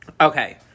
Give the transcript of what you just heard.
Okay